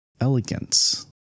elegance